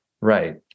Right